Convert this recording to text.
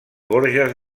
gorges